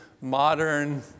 modern